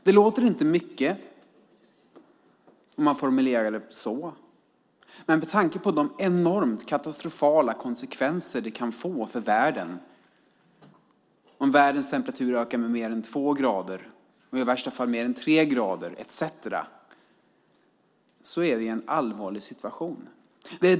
Det låter inte mycket om man formulerar det så, men med tanke på de katastrofala konsekvenser det kan få om världens temperatur ökar med mer än två grader, och i värsta fall mer än tre grader etcetera, är det en allvarlig situation.